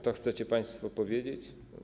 To chcecie państwo powiedzieć?